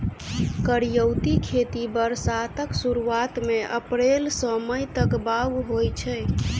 करियौती खेती बरसातक सुरुआत मे अप्रैल सँ मई तक बाउग होइ छै